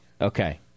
Okay